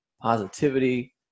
positivity